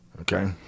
Okay